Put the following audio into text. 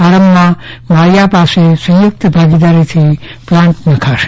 પ્રારંભમાં માળીયા પાસે સંયુક્ત ભાગીદારીથીપ્લાન્ટ નખાશે